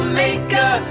maker